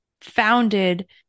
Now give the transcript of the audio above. founded